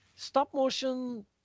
stop-motion